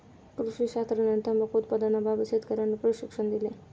कृषी शास्त्रज्ञांनी तंबाखू उत्पादनाबाबत शेतकर्यांना प्रशिक्षण दिले